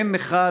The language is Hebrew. אין אחד